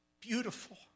Beautiful